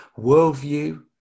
worldview